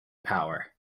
power